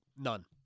None